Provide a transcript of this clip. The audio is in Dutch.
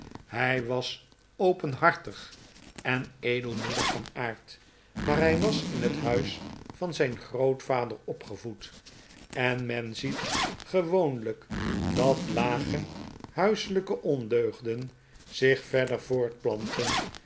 hij was openhartig en edelmoedig van aard maar hij was in het huis van zijn grootvader opgevoed en men ziet gewoonlijk dat lage huiselijke ondeugden zich verder voortplanten